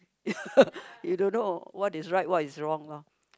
you don't know what is right what is wrong lor